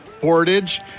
Portage